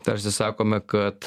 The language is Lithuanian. tarsi sakome kad